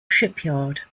shipyard